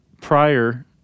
prior